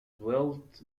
wilt